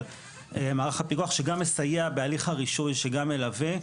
אבל מערך הפיקוח שגם מסייע בהליך הרישוי שגם מלווה.